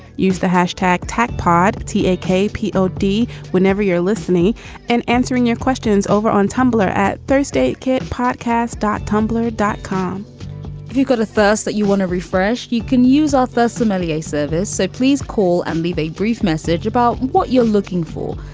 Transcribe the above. use the hashtag tac pod tdk p o d. whenever you're listening and answering your questions over on tumblr at thursday kid. podcast. dot tumblr dot com if you've got a thirst that you want to refresh. you can use authers somali a service. so please call and leave a brief message about what you're looking for.